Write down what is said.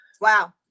wow